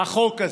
החוק הזה.